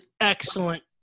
excellent